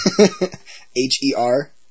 H-E-R